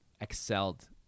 excelled